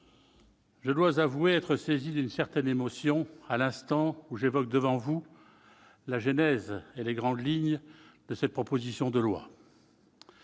je dois avouer être saisi d'une certaine émotion à l'instant où j'évoque, devant vous, la genèse et les grandes lignes de cette proposition de loi.